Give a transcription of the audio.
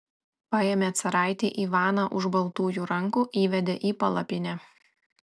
paėmė caraitį ivaną už baltųjų rankų įvedė į palapinę